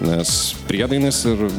nes priedainis ir